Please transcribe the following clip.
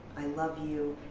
i love you,